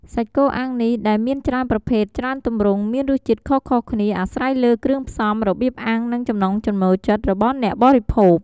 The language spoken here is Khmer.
សាច់គោអាំងនេះដែរមានច្រើនប្រភេទច្រើនទម្រង់ មានរសជាតិខុសៗគ្នា អាស្រ័យលើគ្រឿងផ្សំ របៀបអាំង និងចំណង់ចំណូលចិត្តរបស់អ្នកបរិភោគ។